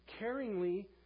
caringly